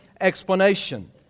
explanation